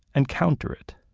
and counter it.